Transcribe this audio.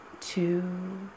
two